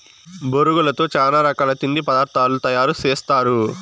బొరుగులతో చానా రకాల తిండి పదార్థాలు తయారు సేస్తారు